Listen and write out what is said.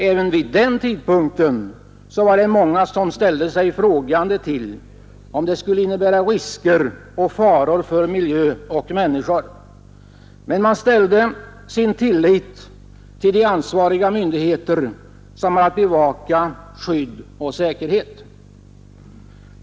Även vid den tidpunkten var det många som ställde sig frågan om det skulle innebära risker och faror för miljö och människor, men man satte sin tillit till de ansvariga myndigheter som har att bevaka skydd och säkerhet.